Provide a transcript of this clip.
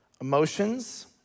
emotions